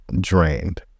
drained